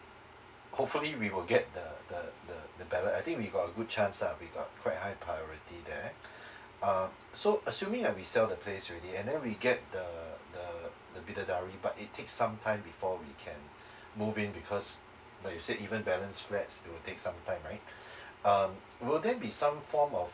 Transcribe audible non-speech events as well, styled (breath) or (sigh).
hopefully we will get the the the the ballot I think we got a good chance ah we got quite high priority there (breath) uh so assuming that we sell the place already and then we get the the the bidadari but it takes some time before we can (breath) move in because like you said even balance flats it will take some time right (breath) um will there be some form of